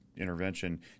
intervention